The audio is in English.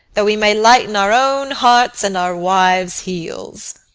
that we may lighten our own hearts and our wives' heels.